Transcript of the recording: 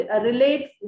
relates